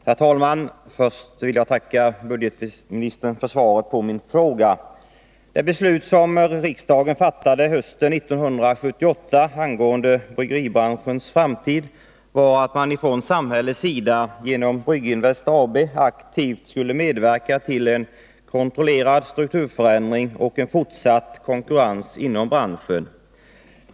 Herr talman! Först vill jag tacka budgetministern för svaret på min fråga. Det beslut som riksdagen fattade hösten 1978 angående bryggeribranschens framtid var att man från samhällets sida genom Brygginvest AB aktivt skulle medverka till en kontrollerad strukturförändring och en fortsatt konkurrens inom branschen.